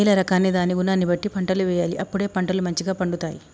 నేల రకాన్ని దాని గుణాన్ని బట్టి పంటలు వేయాలి అప్పుడే పంటలు మంచిగ పండుతాయి